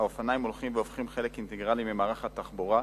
האופניים הולכים והופכים חלק אינטגרלי ממערך התחבורה,